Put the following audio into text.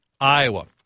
Iowa